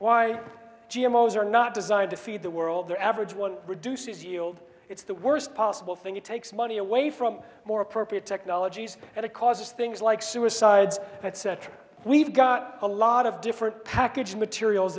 why g m o's are not designed to feed the world their average one reduces yield it's the worst possible thing it takes money away from more appropriate technologies and it causes things like suicides etc we've got a lot of different package materials